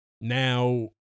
Now